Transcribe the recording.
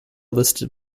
listed